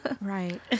Right